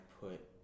put